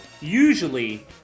usually